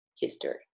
history